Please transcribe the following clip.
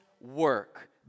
work